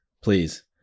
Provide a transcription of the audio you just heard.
Please